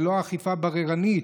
ולא אכיפה בררנית.